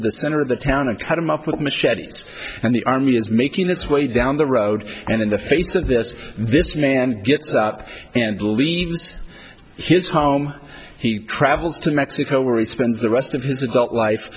into the center of the town and cut them up with machetes and the army is making its way down the road and in the face of this this man gets up and leaves his home he travels to mexico where he spends the rest of his adult life